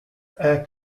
air